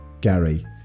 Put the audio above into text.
Gary